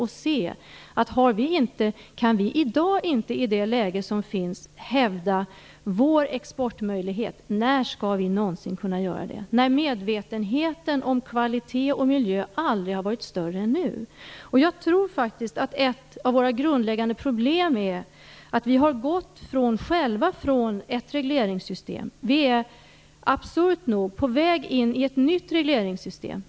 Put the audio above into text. Om vi inte i det läge som finns i dag kan hävda vår exportmöjlighet, när skall vi någonsin kunna göra det, när medvetenheten om kvalitet och miljö aldrig har varit större än nu? Jag tror att ett av våra grundläggande problem är att vi själva, från att ha gått från ett regleringssystem, absurt nog är på väg in i ett nytt regleringssystem.